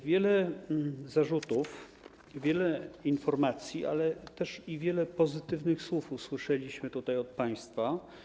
Wiele zarzutów, wiele informacji, ale też wiele pozytywnych słów usłyszeliśmy tutaj od państwa.